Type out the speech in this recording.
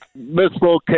mislocated